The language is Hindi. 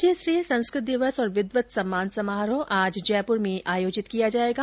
राज्य स्तरीय संस्कृत दिवस और विद्वत सम्मान समारोह आज जयपूर में आयोजित किया जायेगा